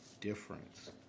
difference